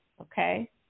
okay